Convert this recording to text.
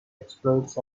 exploits